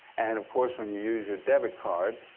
and of course, when you use your debit card,